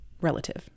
relative